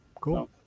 Cool